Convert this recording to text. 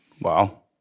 Wow